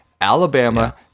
Alabama